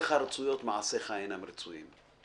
כוונותיך רצויות, מעשיך אינם רצויים.